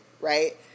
right